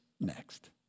next